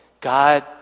God